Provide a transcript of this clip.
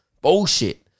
Bullshit